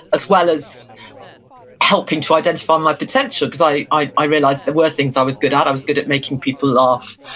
as well as helping to identify my potential because i i i realized there were things i was good at, i was good at making people laugh,